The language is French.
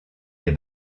des